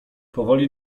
powoli